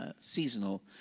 seasonal